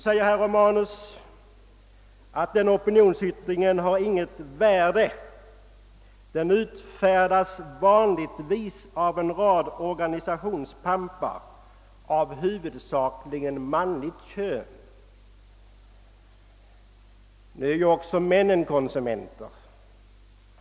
Nu säger herr Romanus att den opinionsyttringen har inget värde, ty den utfärdas vanligtvis av en rad organisationspampar av huvudsakligen manligt kön. Nu är ju också männen konsumenter.